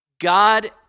God